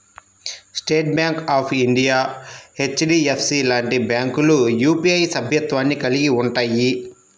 state Bank of India, HDFC లాంటి బ్యాంకులు UPI సభ్యత్వాన్ని కలిగి ఉంటయ్యి